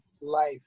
life